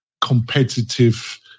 competitive